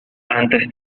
antes